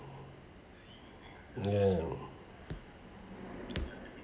ya